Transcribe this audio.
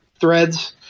threads